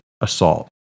assault